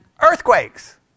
Earthquakes